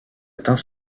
atteint